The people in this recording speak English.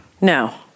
No